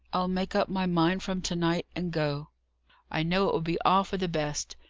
i'll make up my mind from to-night, and go i know it will be all for the best.